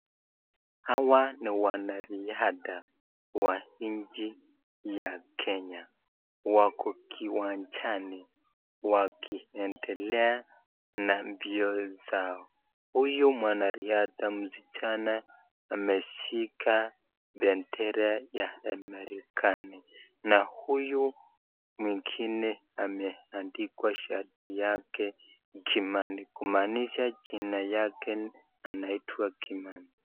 Hawa ni wanariadha wa nchi ya kenya wako kiwanjani wakiendelea na mbio zao. Huyu mwanariadha msichana ameshika bendera ya amerikani na huyu mwingine ameandikwa shati yake Kimani kumaanisha jina yake anaitwa Kimani.